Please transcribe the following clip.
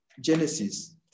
Genesis